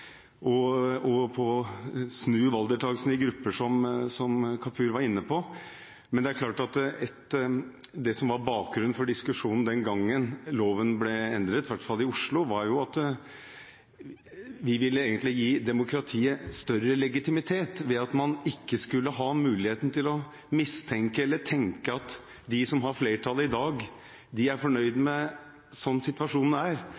– om det å snu valgdeltagelsen hos grupper, som representanten Kapur var inne på. Men det som var bakgrunnen for diskusjonen den gangen loven ble endret, i hvert fall i Oslo, var at vi egentlig ville gi demokratiet større legitimitet ved at man ikke skulle ha muligheten til å mistenke eller tenke at de som har flertallet i dag, er fornøyd med hvordan situasjonen er.